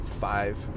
five